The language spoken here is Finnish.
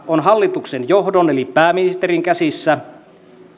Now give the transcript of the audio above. on hallituksen johdon eli pääministerin käsissä